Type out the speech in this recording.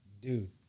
Dude